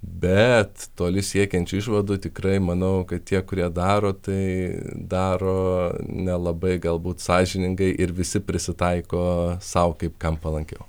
bet toli siekiančių išvadų tikrai manau kad tie kurie daro tai daro nelabai galbūt sąžiningai ir visi prisitaiko sau kaip kam palankiau